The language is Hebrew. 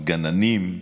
גננים,